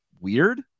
weird